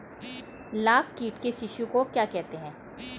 लाख कीट के शिशु को क्या कहते हैं?